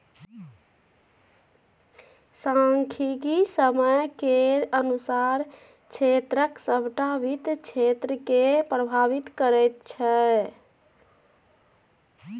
सांख्यिकी समय केर अनुसार देशक सभटा वित्त क्षेत्रकेँ प्रभावित करैत छै